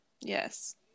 Yes